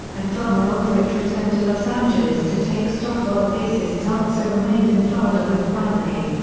and drummer aldridge returned to los angeles to take stock while bassist sarzo remained in florida with family.